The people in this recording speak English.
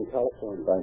California